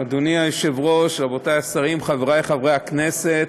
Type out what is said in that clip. אדוני היושב-ראש, רבותי השרים, חברי חברי הכנסת,